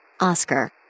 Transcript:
Oscar